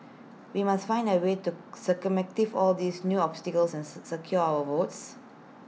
we must find A way to all these new obstacles since secure our votes